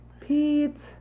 Pete